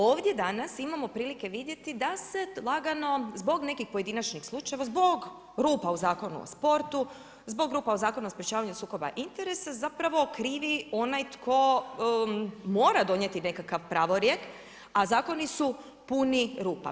Ovdje danas imamo prilike vidjeti da se lagano zbog nekih pojedinačnih slučajeva, zbog rupa u Zakonu o sportu, zbog rupa u Zakonu o sprječavanju sukoba interesa zapravo okrivi onaj tko mora donijeti nekakav pravorijek, a zakoni su puni rupa.